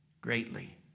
greatly